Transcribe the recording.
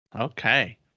Okay